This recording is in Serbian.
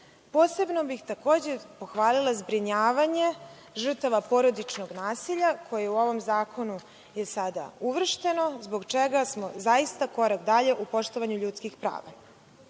posebno bih takođe pohvalila zbrinjavanje žrtava porodičnog nasilja koje u ovom zakon je sada uvršteno, zbog čega smo zaista korak dalje u poštovanju ljudskih prava. Meni